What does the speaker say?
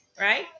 right